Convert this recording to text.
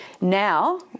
Now